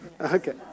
Okay